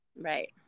Right